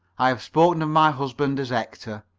i have spoken of my husband as hector,